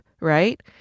right